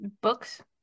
books